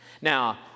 Now